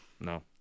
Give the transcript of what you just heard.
No